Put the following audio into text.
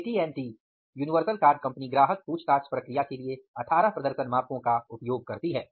eighty and T universal card company ग्राहक पूछताछ प्रक्रिया के लिए अठारह प्रदर्शन मापको का उपयोग करती है